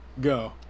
go